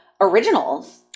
originals